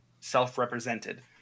self-represented